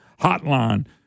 Hotline